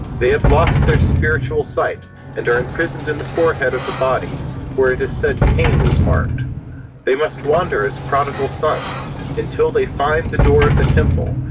they have lost their spiritual sight and are imprisoned in the forehead of the body where it is said cain was marked they must wander as prodigal sons until they find the door of the temple,